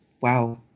wow